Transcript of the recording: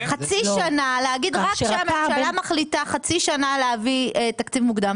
להגיד רק כשהממשלה מחליטה חצי שנה להביא תקציב מוקדם.